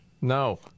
No